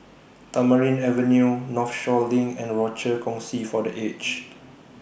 Tamarind Avenue Northshore LINK and Rochor Kongsi For The Aged